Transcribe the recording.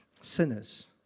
sinners